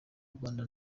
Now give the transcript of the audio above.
rwanda